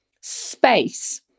space